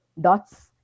dots